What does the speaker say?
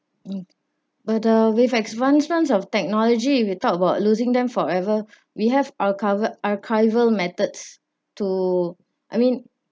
mm but the with advancement of technology if you talk about losing them forever we have our cover~ archival methods to I mean